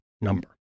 number